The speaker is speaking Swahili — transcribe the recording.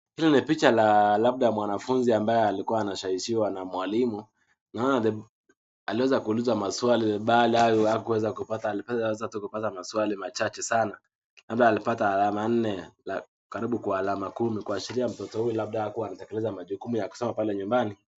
Hili ni picha la mwanafunzi labda ambaye alikuwa anashawishiwa na mwalimu, naona aliweza kuulizwa maswali baadaye aliweza kupata maswali machache sana, labda alipata alama nne kwa alama kumi, kumaanisha mtoto huyu hakutaka kutekeleza majukumu ya kusoma pale nyumbani.